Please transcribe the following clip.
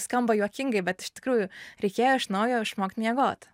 skamba juokingai bet iš tikrųjų reikėjo iš naujo išmokt miegot